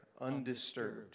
undisturbed